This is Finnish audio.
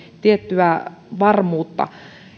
tiettyä varmuutta